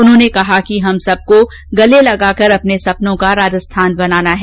उन्होंने कहा कि हमें सबको गले लगाकर अपने सपनों का राजस्थान बनाना है